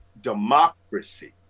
democracy